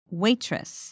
waitress